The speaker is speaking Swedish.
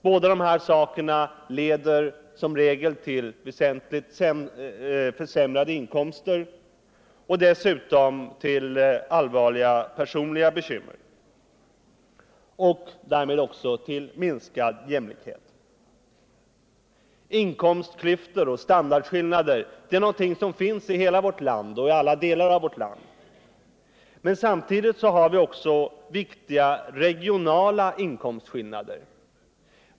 Båda de här sakerna leder som regel till väsentligt försämrade inkomster och dessutom till allvarliga personliga bekymmer — och därmed också till minskad jämlikhet. Inkomstklyftor och standardskillnader är någonting som finns i hela vårt land, men samtidigt har vi också viktiga regionala inkomstskillnader.